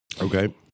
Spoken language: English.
okay